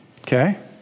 Okay